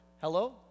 Hello